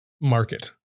market